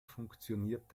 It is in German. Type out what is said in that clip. funktioniert